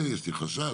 יש לי חשש.